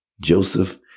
Joseph